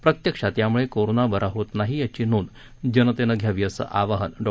प्रत्यक्षात यामुळे कोरोना बरा होत नाही याची नोंद जनतेने घ्यावी असं आवाहन डॉ